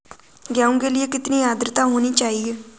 गेहूँ के लिए कितनी आद्रता होनी चाहिए?